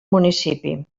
municipi